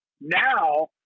Now